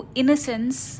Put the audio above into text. innocence